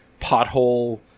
Pothole